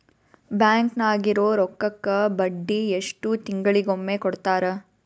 Bank ನಾಗಿರೋ ರೊಕ್ಕಕ್ಕ ಬಡ್ಡಿ ಎಷ್ಟು ತಿಂಗಳಿಗೊಮ್ಮೆ ಕೊಡ್ತಾರ?